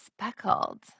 Speckled